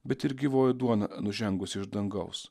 bet ir gyvoji duona nužengusi iš dangaus